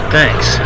Thanks